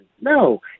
No